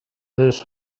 this